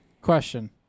question